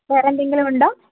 വേറെ എന്തെങ്കിലും ഉണ്ടോ